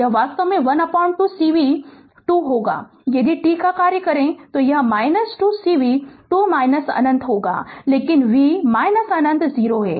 यह वास्तव में 12 cv 2 होगा यदि t का कार्य करें तो 12 cv 2 अनंत लेकिन v अनंत 0 है